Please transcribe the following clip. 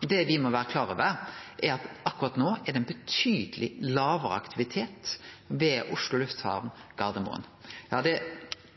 Det me må vere klar over, er at akkurat nå er det ein betydeleg lågare aktivitet ved Oslo lufthavn Gardermoen. Ja, det er